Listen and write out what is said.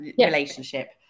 relationship